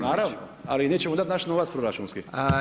Naravno, ali nećemo dati naš novac proračunski.